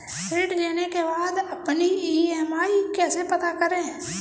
ऋण लेने के बाद अपनी ई.एम.आई कैसे पता करें?